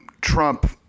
Trump